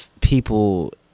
people